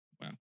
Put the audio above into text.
Wow